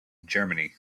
germany